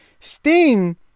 sting